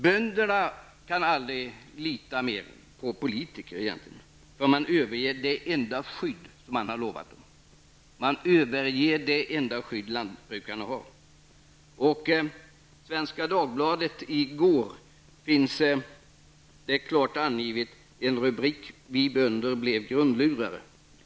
Bönderna kan aldrig mer lita på politikerna, eftersom dessa har övergett sitt löfte om det enda skydd som bönderna har. I gårdagens nummer av Svenska Dagbladet speglas detta i följande rubrik: ''Vi bönder blev grundlurade''.